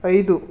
ಐದು